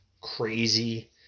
crazy